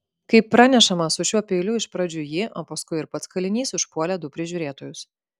kaip pranešama su šiuo peiliu iš pradžių ji o paskui ir pats kalinys užpuolė du prižiūrėtojus